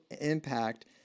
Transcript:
impact